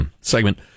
segment